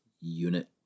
Unit